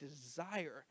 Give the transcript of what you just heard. desire